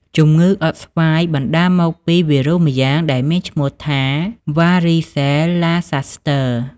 ជំងឺអុតស្វាយបណ្តាលមកពីវីរុសម្យ៉ាងដែលមានឈ្មោះថា វ៉ារីសេលឡាហ្សសស្ទើ។